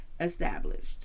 established